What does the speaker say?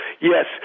yes